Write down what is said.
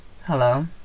hello